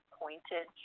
pointed